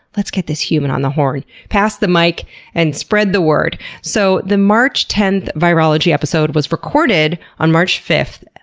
let's get this human on the horn. pass the mic and spread the word. so, the march tenth virology episode was recorded on march fifth,